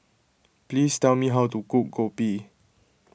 please tell me how to cook Kopi